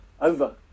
Over